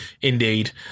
Indeed